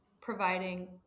providing